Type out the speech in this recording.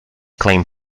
claim